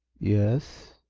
yes?